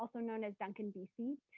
so known as duncan, bc.